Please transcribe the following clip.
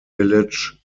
village